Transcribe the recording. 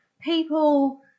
people